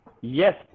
Yes